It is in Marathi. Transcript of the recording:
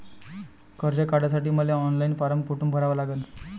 कर्ज काढासाठी मले ऑनलाईन फारम कोठून भरावा लागन?